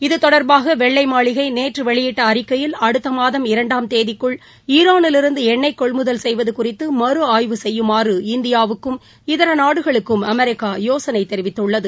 இது தொடர்பாக வெள்ளை மாளிகை நேற்று வெளியிட்ட அறிக்கையில் அடுத்த மாதம் இரண்டாம் தேதிக்குள் ஈரானிலிருந்து எண்ணெய் கொள்முதல் செய்வது குறித்து மறு ஆய்வு செய்யுமாறு இந்தியாவுக்கும் இதர நாடுகளுக்கும் அமெரிக்கா யோசனை தெரிவித்துள்ளது